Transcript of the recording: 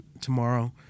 tomorrow